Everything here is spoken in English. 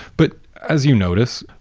but as you notice,